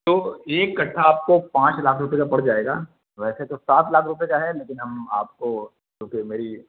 تو ایک کٹھہ آپ کو پانچ لاکھ روپے کا پڑ جائے گا ویسے تو سات لاکھ روپے کا ہے لیکن ہم آپ کو کیوںکہ میری